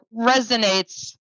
resonates